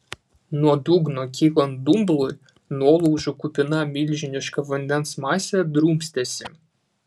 nuo dugno kylant dumblui nuolaužų kupina milžiniška vandens masė drumstėsi